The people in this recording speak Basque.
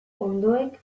onddoek